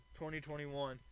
2021